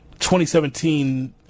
2017